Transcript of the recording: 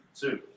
two